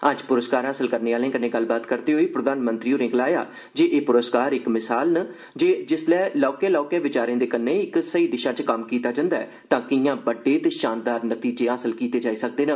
अज्ज प्रस्कार हासल करने आहलें कन्नै गल्लबात करदे होई प्रधानमंत्री होर्रे गलाया जे एह् पुरस्कार इक मिसाल न जे जिसलै लौह्के लौह्के विचारें दे कन्नै इक सेई दिशा च कम्म कीता जंदा ऐ तां किआं बड्डे ते शानदार नतीजे हासल कीते जाई सकदे न